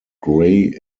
gray